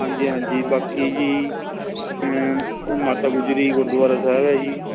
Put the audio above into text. ਹਾਂਜੀ ਹਾਂਜੀ ਬਾਕੀ ਜੀ ਮਾਤਾ ਗੁਜਰੀ ਗੁਰਦੁਆਰਾ ਸਾਹਿਬ ਹੈ ਜੀ